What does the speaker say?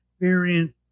experience